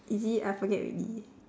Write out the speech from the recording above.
is it I forget already